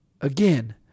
Again